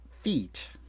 feet